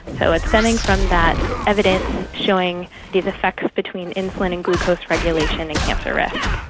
so it's stemming from that evidence showing these effects between insulin and glucose regulation in cancer risk.